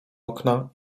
okna